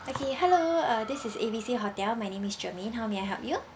okay hello uh this is A B C hotel my name is germaine how may I help you